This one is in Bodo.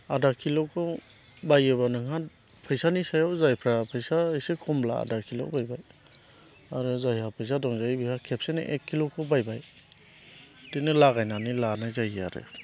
आधा किल'खौ बायोबा नोंहा फैसानि सायाव जायफोरा फैसा एसे खमब्ला आधा किल' बायबाय आरो जायहा फैसा दंजायो बिहा खेबसेनो एक किल'खौ बायबाय बिदिनो लागायनानै लानाय जायो आरो